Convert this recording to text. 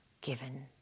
given